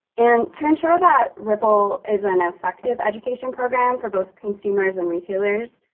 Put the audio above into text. and to ensure that ripple is an an effective education program for both consumers and retailers,